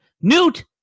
Newt